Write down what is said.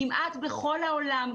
כמעט בכל העולם,